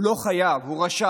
הוא לא חייב, הוא רשאי.